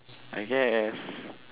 I guess